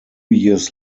years